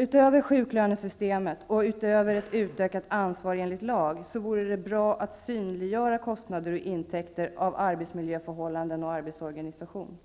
Utöver sjuklönesystemet och utöver ett utökat ansvar enligt lag vore det bra att synliggöra kostnader och intäkter när det gäller arbetsmiljöförhållanden och arbetsorganisation.